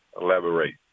Elaborate